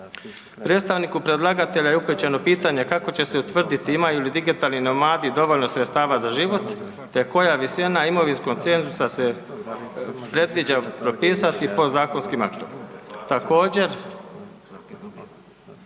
Predstavniku predlagatelja i upućeno pitanje kako će se utvrditi imaju li digitalni nomadi dovoljno sredstava za život te koja visina imovinskog cenzusa se predviđa propisati podzakonskim aktom.